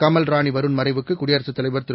கமல்ராணிவருண்மறைவுக்கு குடியரசுதலைவர்திரு